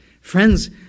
Friends